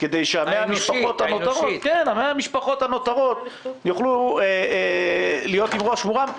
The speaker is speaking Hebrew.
כדי ש-100 המשפחות הנותרות יוכלו להיות עם ראש מורם,